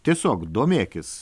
tiesiog domėkis